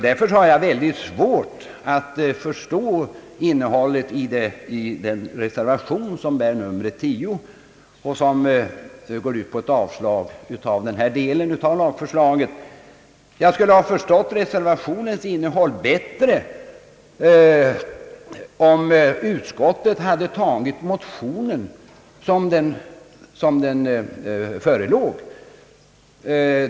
Därför har jag mycket svårt att förstå innehållet i reservation nr 10 som går ut på ett avslag i denna del av lagförslaget. Jag skulle ha förstått reservationens innehåll bättre om utskottet hade biträtt motionen.